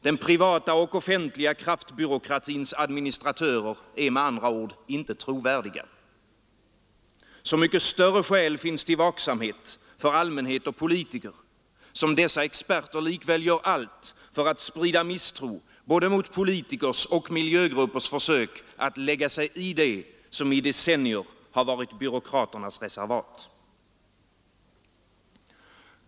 Den privata och offentliga kraftbyråkratins administratörer är med andra ord inte trovärdiga. Så mycket större skäl till vaksamhet finns för allmänhet och politiker som dessa experter likväl gör allt för att sprida misstro mot både politikers och miljögruppers försök att lägga sig i det som i decennier har varit byråkraternas reservat.